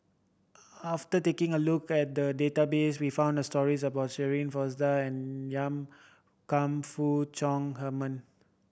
after taking a look at the database we found stories about Shirin Fozdar and Yan Kam Fook Chong Heman